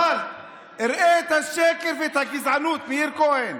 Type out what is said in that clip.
אבל תראה את השקר ואת הגזענות, מאיר כהן.